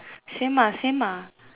same ah same ah